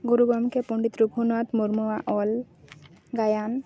ᱜᱩᱨᱩ ᱜᱚᱝᱠᱮ ᱯᱚᱱᱰᱤᱛ ᱨᱚᱜᱷᱩᱱᱟᱛᱷ ᱢᱩᱨᱢᱩᱣᱟᱜ ᱚᱞ ᱜᱟᱭᱟᱱ